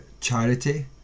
Charity